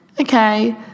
okay